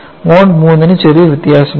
mode III ന് ചെറിയ വ്യത്യാസമുണ്ട്